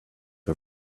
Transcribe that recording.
her